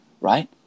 right